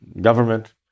government